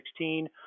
2016